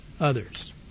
others